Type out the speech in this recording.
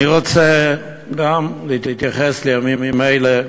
אני רוצה גם להתייחס לימים אלה,